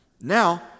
Now